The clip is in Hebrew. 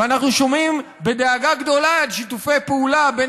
אנחנו שומעים בדאגה גדולה על שיתופי פעולה בין